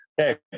Okay